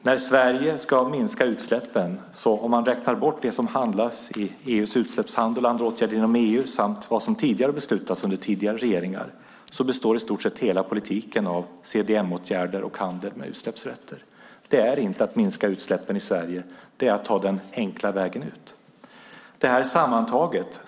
När Sverige ska minska utsläppen - om man räknar bort det som handlas i EU:s utsläppshandel, andra åtgärder inom EU samt vad som tidigare beslutats under tidigare regeringar - består i stort sett hela politiken CDM-åtgärder och handel med utsläppsrätter. Det är inte att minska utsläppen i Sverige. Det är att ta den enkla vägen ut.